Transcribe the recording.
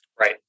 Right